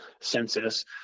census